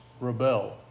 rebel